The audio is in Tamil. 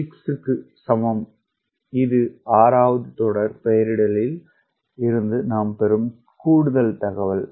6 க்கு சமம் இது 6 தொடர் பெயரிடலில் இருந்து நாம் பெறும் கூடுதல் தகவல்